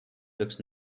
looks